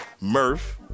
Murph